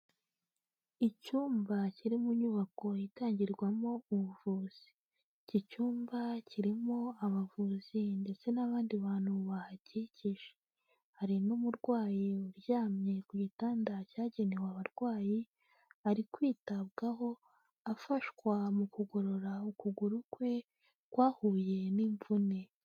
Icyumba kiri mu nyubako itangirwamo ubuvuzi, iki cyumba kirimo abavuzi ndetse n'abandi bantu bahakikije, hari n'umurwayi uryamye ku gitanda cyagenewe abarwayi, ari kwitabwaho, afashwa mu kugorora ukuguru kwe kwahuye n'imvune.